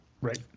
Right